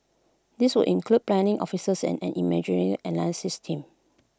these would include planning officers and an imagery analysis team